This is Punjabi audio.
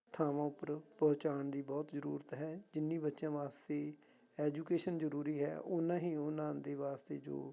ਥਾਵਾਂ ਉੱਪਰ ਪਹੁੰਚਾਉਣ ਦੀ ਬਹੁਤ ਜ਼ਰੂਰਤ ਹੈ ਜਿੰਨੀ ਬੱਚਿਆਂ ਵਾਸਤੇ ਐਜੂਕੇਸ਼ਨ ਜ਼ਰੂਰੀ ਹੈ ਉੰਨਾ ਹੀ ਉਹਨਾਂ ਦੇ ਵਾਸਤੇ ਜੋ